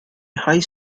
high